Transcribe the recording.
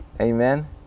Amen